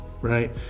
right